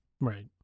Right